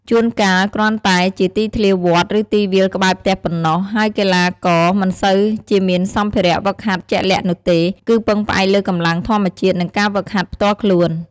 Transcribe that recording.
ជួនកាលគ្រាន់តែជាទីធ្លាវត្ត ឬទីវាលក្បែរផ្ទះប៉ុណ្ណោះ ហើយកីឡាករមិនសូវជាមានសម្ភារៈហ្វឹកហាត់ជាក់លាក់នោះទេ គឺពឹងផ្អែកលើកម្លាំងធម្មជាតិ និងការហ្វឹកហាត់ផ្ទាល់ខ្លួន។